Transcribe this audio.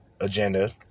agenda